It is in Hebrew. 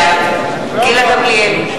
בעד גילה גמליאל,